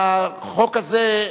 והחוק הזה,